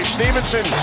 Stevenson